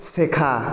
শেখা